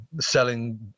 selling